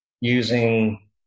using